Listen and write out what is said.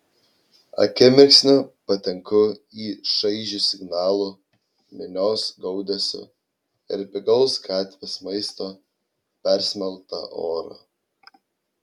akimirksniu patenku į šaižių signalų minios gaudesio ir pigaus gatvės maisto persmelktą orą